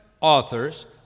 authors